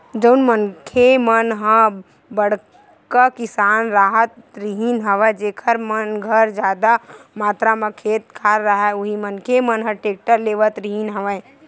जउन मनखे मन ह बड़का किसान राहत रिहिन हवय जेखर मन घर जादा मातरा म खेत खार राहय उही मनखे मन ह टेक्टर लेवत रिहिन हवय